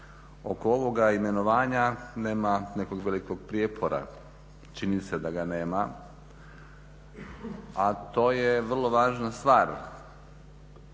oko ovoga imenovanja nema nekog velikog prijepora, čini mi se da ga nema a to je vrlo važna stvar